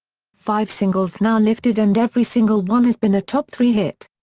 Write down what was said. five singles now lifted and every single one has been a top three hit.